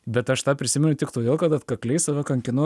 bet aš tą prisiminiau tik todėl kad atkakliai save kankinu